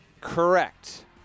Correct